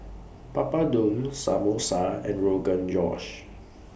Papadum Samosa and Rogan Josh